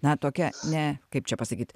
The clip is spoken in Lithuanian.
na tokia ne kaip čia pasakyt